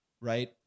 right